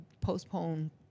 postpone